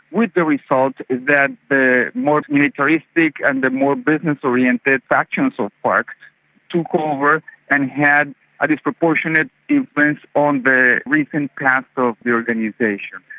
with the result that the most militaristic and the more business oriented fractions of farc took over and had a disproportionate influence on the recent path of the organisation.